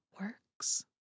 works